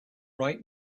right